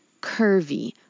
curvy